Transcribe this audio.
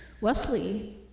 Wesley